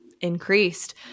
increased